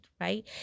right